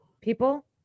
people